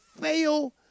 fail